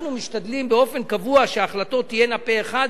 אנחנו משתדלים באופן קבוע שההחלטות תהיינה פה-אחד,